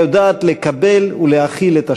היודעת לקבל ולהכיל את השונה.